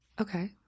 Okay